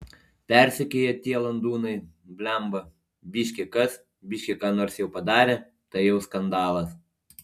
persekioja tie landūnai blemba biški kas biški ką nors jau padarė tai jau skandalas